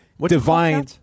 divine